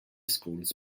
schools